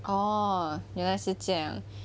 哦原来是这样